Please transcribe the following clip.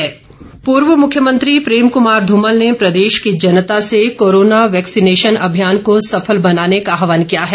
धुमल पूर्व मुख्यमंत्री प्रेम कमार धूमल ने प्रदेश की जनता से कोरोना वैक्सीनेशन अभियान को सफल बनाने का आहवान किया है